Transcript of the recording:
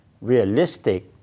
realistic